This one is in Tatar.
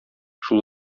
шул